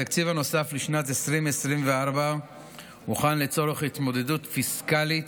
התקציב הנוסף לשנת 2024 הוכן לצורך התמודדות פיסקלית